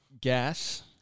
gas